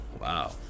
Wow